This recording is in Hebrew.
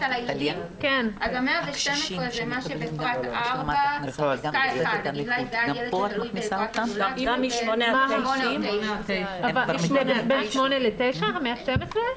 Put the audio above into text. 112% זה מה שבפרט 4 פסקה 1. ניקוד 8 9 זה 112%?